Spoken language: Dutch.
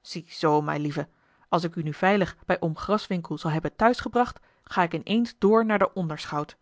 zeide ziezoo melieve als ik u nu veilig bij oom graswinckel zal hebben tehuisgebracht ga ik in eens door naar den onderschout